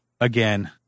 again